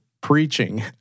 preaching